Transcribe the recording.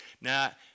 Now